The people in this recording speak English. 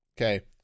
Okay